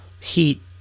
Heat